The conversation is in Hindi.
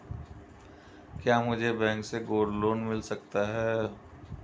क्या मुझे बैंक से गोल्ड लोंन मिल सकता है?